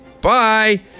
Bye